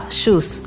shoes